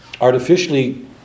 artificially